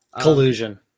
Collusion